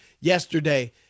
yesterday